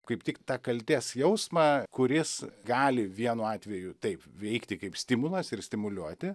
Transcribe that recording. kaip tik tą kaltės jausmą kuris gali vienu atveju taip veikti kaip stimulas ir stimuliuoti